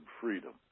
freedom